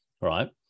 right